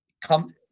come